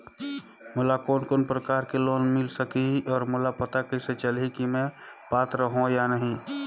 मोला कोन कोन प्रकार के लोन मिल सकही और मोला पता कइसे चलही की मैं पात्र हों या नहीं?